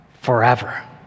forever